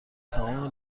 تمام